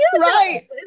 right